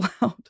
loud